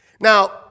Now